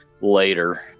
later